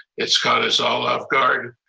it's got us all off guard.